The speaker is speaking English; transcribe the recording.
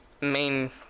main